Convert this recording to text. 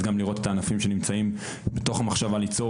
אז גם לראות את הענפים שנמצאים מתוך מחשבה ליצור